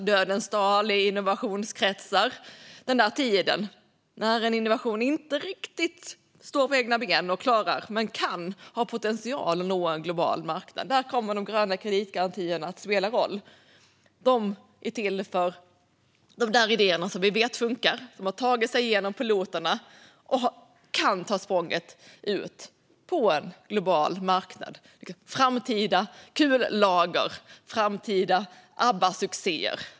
Den där tiden när en innovation inte riktigt står på egna ben men kan ha potential att nå en global marknad kallas för dödens dal i innovationskretsar. Där kommer de gröna kreditgarantierna att spela roll. De är till för de där idéerna som vi vet funkar. De har tagit sig igenom piloterna och kan ta språnget ut på en global marknad, till exempel framtida kullager och framtida ABBA-succéer.